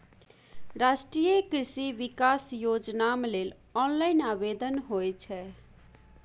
राष्ट्रीय कृषि विकास योजनाम लेल ऑनलाइन आवेदन होए छै